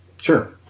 Sure